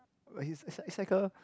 but he's is like is like a